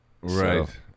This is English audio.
right